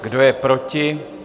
Kdo je proti?